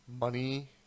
money